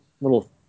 little